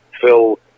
Phil